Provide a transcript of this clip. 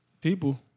People